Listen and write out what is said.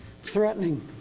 threatening